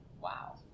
Wow